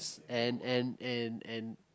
and and and and